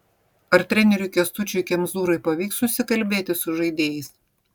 ar treneriui kęstučiui kemzūrai pavyks susikalbėti su žaidėjais